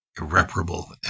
irreparable